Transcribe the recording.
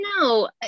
No